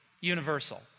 universal